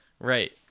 right